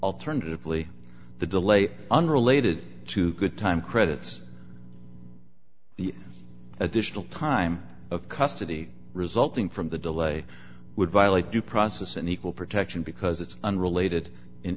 alternatively the delay unrelated to good time credits the additional time of custody resulting from the delay would violate due process and equal protection because it's unrelated in